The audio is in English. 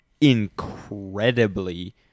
incredibly